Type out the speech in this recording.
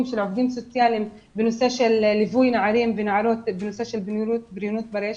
סוציאליים בנושא של ליווי נערים ונערות בנושא של בריונות ברשת.